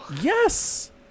Yes